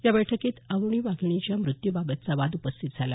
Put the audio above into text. या बैठकीत अवनी वाघीणीच्या मृत्यूबाबतचा वाद उपस्थित झाला